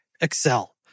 Excel